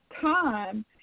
time